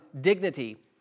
dignity